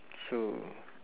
so